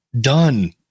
done